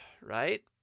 right